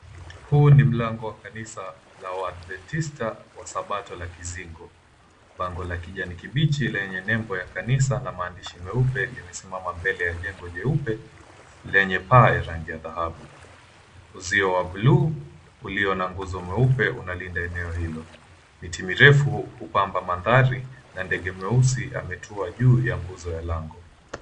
Huu ni mlango wa kanisa la waadventista wa sabato la Kizingo. Bango la kijani kibichi lenye lengo la kanisa na maandishi meupe limesimama mbele ya jengo jeupe lenye paa ya rangi ya dhahabu. Uzio wa blue ulio na ngozi meupe unalinda eneo hilo. Miti mirefu hupamba mathari na ndege mweusi ametua juu ya nguzo ya lango.